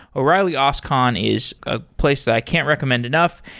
o'reilly oscon is ah place that i can't recommend enough.